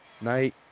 night